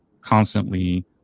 constantly